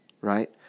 right